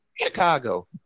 Chicago